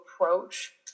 approach